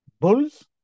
bulls